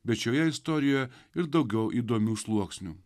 bet šioje istorijoje ir daugiau įdomių sluoksnių